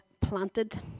planted